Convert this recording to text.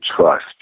trust